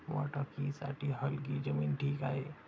मटकीसाठी हलकी जमीन ठीक आहे